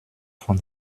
von